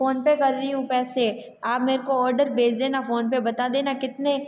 PhonePe कर रही हूँ पैसे आप मेरे को ऑडर भेज देना फोन पर बता देना कितने